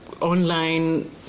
online